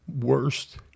worst